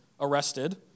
arrested